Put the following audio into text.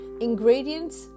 Ingredients